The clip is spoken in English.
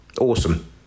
Awesome